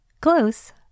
Close